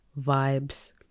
vibes